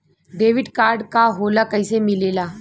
Debit card का होला कैसे मिलेला?